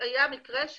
היה מקרה,